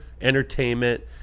entertainment